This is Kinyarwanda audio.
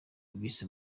bise